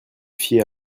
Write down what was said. fier